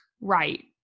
Right